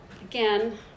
Again